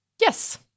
Yes